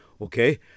Okay